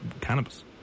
cannabis